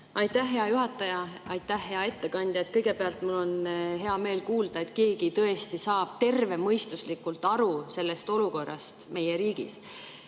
Aitäh, hea juhataja! Aitäh, hea ettekandja! Kõigepealt, mul on hea meel kuulda, et keegi tõesti saab tervemõistuslikult aru olukorrast meie riigis.